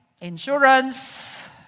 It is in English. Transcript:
insurance